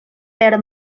per